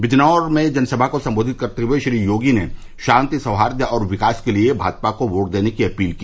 बिजनौर में जनसभा को संबोधित करते हुए श्री योगी ने शांति सौर्हाद और विकास के लिये भाजपा को वोट देने की अपील की